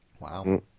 Wow